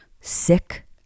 sick